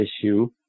issue